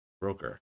Broker